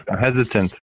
hesitant